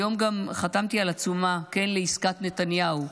היום גם חתמתי על עצומה "כן לעסקת נתניהו",